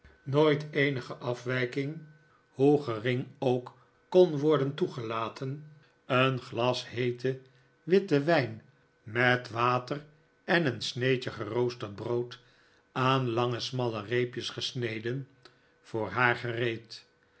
nooit eenige afwijking hoe gering ook kon worden toegelaten een glas heeten witten wijn met water en een sneedje geroosterd brood aan lange smalle reepjes gesneden voor haar